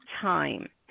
time